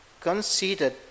conceited